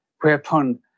whereupon